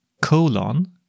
colon